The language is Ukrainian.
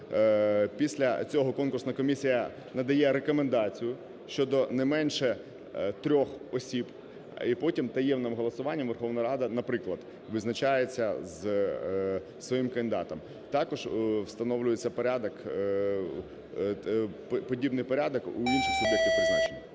після цього конкурсна комісія надає рекомендацію щодо не менше 3 осіб і потім таємним голосуванням Верховна Рада, наприклад, визначається з своїм кандидатом. Також встановлюється подібний порядок у інших суб'єктів призначень.